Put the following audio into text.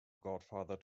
godfather